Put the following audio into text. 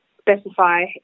specify